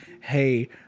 hey